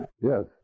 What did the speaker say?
Yes